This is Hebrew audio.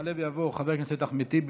יעלה ויבוא חבר הכנסת אחמד טיבי,